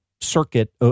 circuit